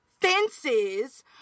Fences